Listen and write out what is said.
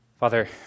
Father